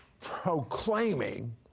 proclaiming